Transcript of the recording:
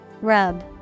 Rub